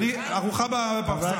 ארוחה בפרסה.